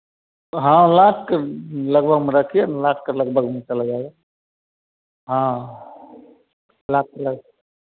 हाँ ला कर लगवा म रखिए लगभग हाँ लॉक लग